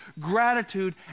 gratitude